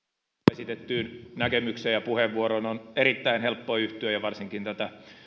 esitettyyn näkemykseen ja puheenvuoroon on erittäin helppo yhtyä ja varsinkin tähän